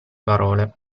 parole